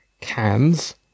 cans